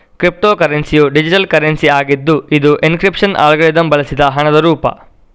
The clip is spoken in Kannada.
ಕ್ರಿಪ್ಟೋ ಕರೆನ್ಸಿಯು ಡಿಜಿಟಲ್ ಕರೆನ್ಸಿ ಆಗಿದ್ದು ಇದು ಎನ್ಕ್ರಿಪ್ಶನ್ ಅಲ್ಗಾರಿದಮ್ ಬಳಸಿದ ಹಣದ ರೂಪ